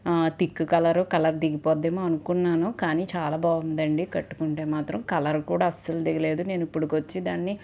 thick colour colour దిగిపోద్దేమో అనుకున్నాను కానీ చాలా బాగుందండి కట్టుకుంటే మాత్రం కలర్ కూడా అస్సలు దిగలేదు నేను ఇప్పుడుకొచ్చి దాన్ని